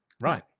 Right